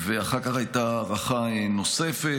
אחר כך הייתה הארכה נוספת,